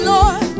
Lord